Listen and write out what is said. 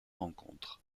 encontre